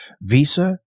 Visa